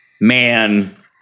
Man